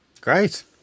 Great